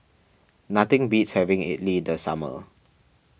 nothing beats having Idly in the summer